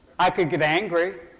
i could get angry.